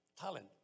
Talent